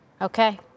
Okay